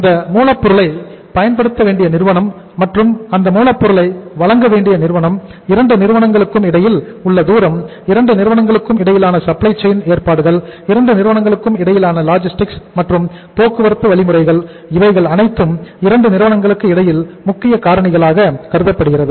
அந்த மூலப் பொருளை பயன்படுத்த வேண்டிய நிறுவனம் மற்றும் அந்த மூலப்பொருளை வழங்க வேண்டிய நிறுவனம் 2 நிறுவனங்களுக்கு இடையில் உள்ள தூரம் 2 நிறுவனங்களுக்கு இடையிலான சப்ளை செயின் மற்றும் போக்குவரத்து வழிமுறைகள் இவைகள் அனைத்தும் 2 நிறுவனங்களுக்கு இடையில் முக்கிய காரணிகளாக கருதப்படுகிறது